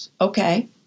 okay